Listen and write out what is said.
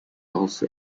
also